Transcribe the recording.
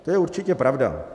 To je určitě pravda.